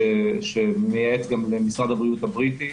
שמייעץ גם למשרד הבריאות הבריטי.